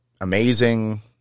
amazing